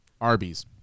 Arby's